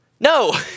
No